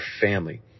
family